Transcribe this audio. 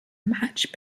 match